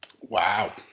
Wow